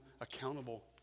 accountable